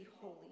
holy